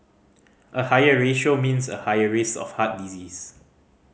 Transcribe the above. a higher ratio means a higher risk of heart disease